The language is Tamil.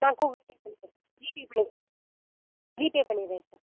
நான் கூகுள் பே பண்ணிவிடுறேன் சார் ஜீபே பண்ணிடறேன் ஜீபே பண்ணிடறேன் சார்